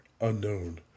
unknown